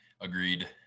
Agreed